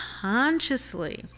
consciously